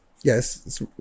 yes